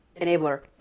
Enabler